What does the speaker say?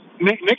Nick